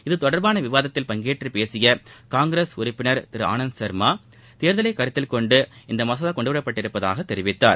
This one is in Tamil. இதுதொடர்பான விவாதத்தில் பங்கேற்று பேசிய காங்கிரஸ் உறுப்பினர் திரு அனந்த் சர்மா தேர்தலை கருத்தில்கொண்டு இந்த மசோதா கொண்டுவரப்பட்டுள்ளதாக தெரிவித்தார்